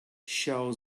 show